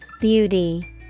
Beauty